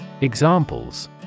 Examples